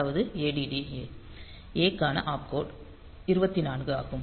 அதாவது ADD A கான opcode 24 ஆகும்